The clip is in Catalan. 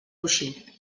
coixí